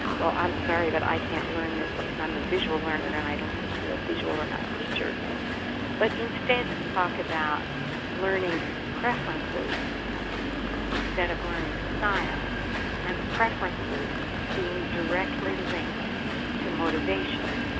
well i'm sorry but i can't learn this because i'm a visual learner and i don't think you're a visual enough teacher but instead to talk about learning preferences instead of learning styles and preferences being directly linked to motivation.